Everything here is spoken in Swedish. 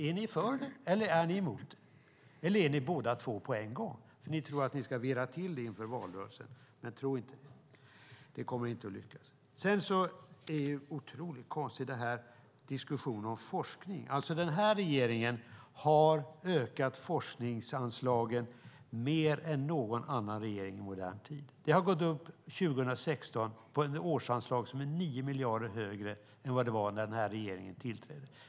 Är ni för det, är ni emot det, eller är ni båda två på en gång? Ni tror att ni ska virra till det inför valrörelsen, men det ska ni inte tro. Det kommer inte att lyckas. Sedan är diskussionen om forskning otroligt konstig. Den här regeringen har ökat forskningsanslagen mer än någon annan regering i modern tid. Anslagen fram till 2016 är 9 miljarder högre än de var när denna regering tillträdde.